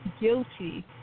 Guilty